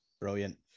Brilliant